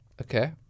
Okay